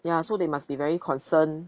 ya so they must be very concern